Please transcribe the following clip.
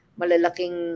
malalaking